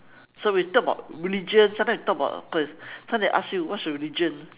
so we talk about religion sometimes we talk about sometimes they ask you what's your religion